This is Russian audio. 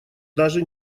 даже